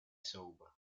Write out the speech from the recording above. sober